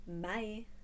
Bye